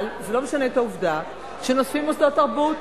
אבל זה לא משנה את העובדה שנוספים מוסדות תרבות.